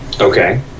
okay